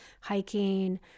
hiking